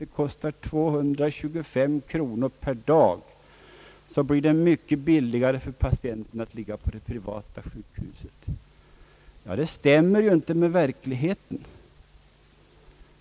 Det kostar 225 kronor per dag, och då blir det mycket billigare för patienten att ligga på det privata sjukhuset. Detta stämmer inte med verkligheten.